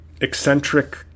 eccentric